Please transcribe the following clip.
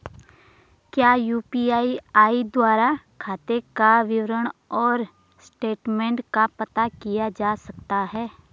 क्या यु.पी.आई द्वारा खाते का विवरण और स्टेटमेंट का पता किया जा सकता है?